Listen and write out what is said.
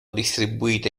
distribuite